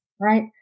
right